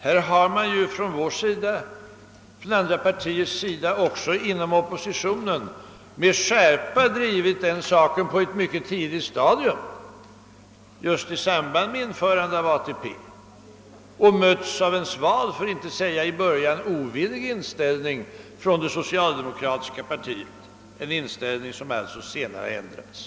I folkpartiet och i centerpartiet har vi med skärpa drivit den frågan på ett mycket tidigt stadium i samband med införandet av ATP, och då möttes vi av en sval, för att inte säga i början ovillig inställning i det socialdemokratiska partiet, en inställning som alltså senare ändrades.